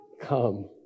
come